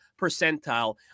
percentile